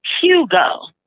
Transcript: Hugo